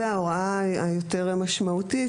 וההוראה היותר משמעותית,